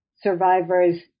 survivors